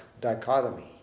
dichotomy